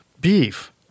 beef